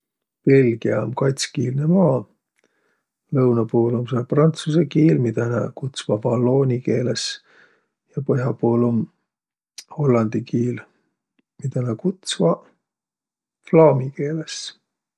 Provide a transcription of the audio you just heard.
Belgiä um katskiilne maa. Lõunõ puul um sääl prantsusõ kiil, midä nä kutsvaq vallooni keeles ja põh'a puul um hollandi kiil, miä nä kutsvaq flaami keeles.